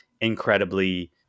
incredibly